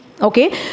Okay